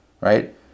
Right